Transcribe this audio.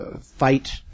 fight